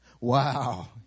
wow